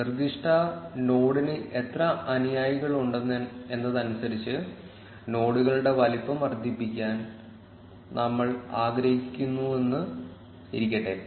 നിർദ്ദിഷ്ട നോഡിന് എത്ര അനുയായികളുണ്ട് എന്നതിനനുസരിച്ച് നോഡുകളുടെ വലുപ്പം വർദ്ധിപ്പിക്കാൻ നമ്മൾ ആഗ്രഹിക്കുന്നുവെന്ന് ഇരിക്കട്ടെ